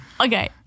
Okay